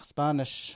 Spanish